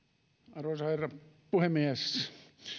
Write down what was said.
arvoisa herra puhemies